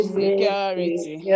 security